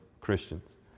Christians